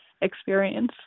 experience